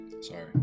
Sorry